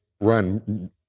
run